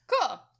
Cool